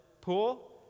pool